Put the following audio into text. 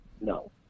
No